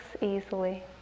easily